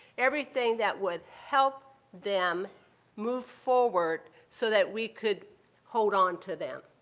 everything that would help them move forward so that we could hold on to them.